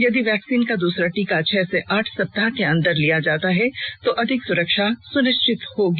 यदि वैक्सीन का दूसरा टीका छह से आठ सप्ताह के अंदर लिया जाता है तो अधिक सुरक्षा सुनिश्चित होगी